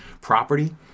property